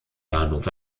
bahnhof